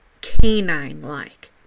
canine-like